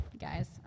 guys